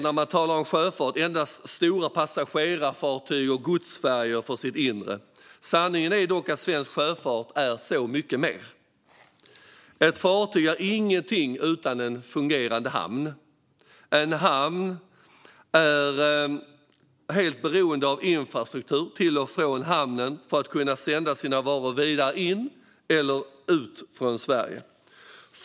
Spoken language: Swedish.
När man talar om sjöfart är det många som endast ser stora passagerarfartyg och godsfärjor för sitt inre. Sanningen är dock att svensk sjöfart är så mycket mer. Ett fartyg är ingenting utan en fungerande hamn. En hamn är helt beroende av infrastruktur till och från hamnen för att kunna sända sina varor vidare in till eller ut från Sverige.